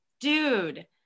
Dude